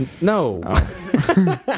No